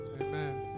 Amen